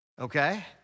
okay